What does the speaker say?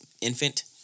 infant